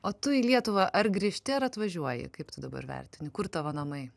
o tu į lietuvą ar grįžti ar atvažiuoji kaip tu dabar vertini kur tavo namai